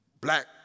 Black